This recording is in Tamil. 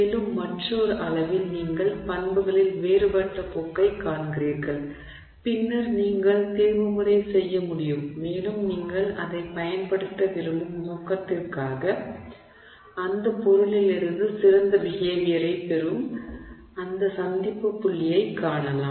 மேலும் மற்றொரு அளவில் நீங்கள் பண்புகளில் வேறுபட்ட போக்கைக் காண்கிறீர்கள் பின்னர் நீங்கள் தேர்வுமுறை செய்ய முடியும் மேலும் நீங்கள் அதைப் பயன்படுத்த விரும்பும் நோக்கத்திற்காக அந்தப் பொருளிலிருந்து சிறந்த பிஹேவியரைப் பெறும் அந்த சந்திப்புப் புள்ளியைக் காணலாம்